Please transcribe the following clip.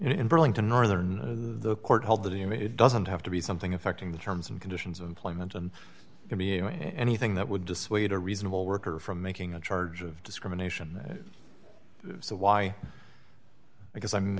in burlington northern the court held that you know it doesn't have to be something affecting the terms and conditions of employment and could be a doing anything that would dissuade a reasonable worker from making a charge of discrimination so why because i'm